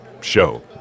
show